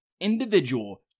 individual